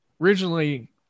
originally